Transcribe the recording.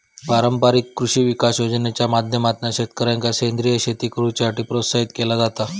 पारंपारिक कृषी विकास योजनेच्या माध्यमातना शेतकऱ्यांका सेंद्रीय शेती करुसाठी प्रोत्साहित केला जाता